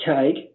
take